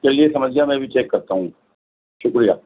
چلیے سمجھ گیا میں ابھی چیک کرتا ہوں شکریہ